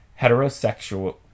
Heterosexual